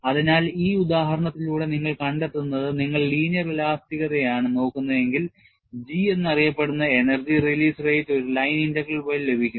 അതിനാൽ ഈ ഉദാഹരണത്തിലൂടെ നിങ്ങൾ കണ്ടെത്തുന്നത് നിങ്ങൾ ലീനിയർ ഇലാസ്തികതയാണ് നോക്കുന്നതെങ്കിൽ G എന്നറിയപ്പെടുന്ന എനർജി റിലീസ് റേറ്റ് ഒരു ലൈൻ ഇന്റഗ്രൽ വഴി ലഭിക്കും